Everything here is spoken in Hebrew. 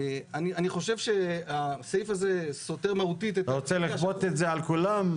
אני חושב שהסעיף הזה סותר מהותית -- אתה רוצה לכפות את זה על כולם?